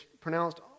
pronounced